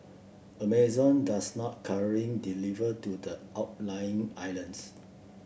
Amazon does not currently deliver to the outlying islands